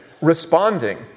responding